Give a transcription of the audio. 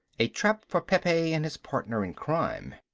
a trap for pepe and his partner in crime.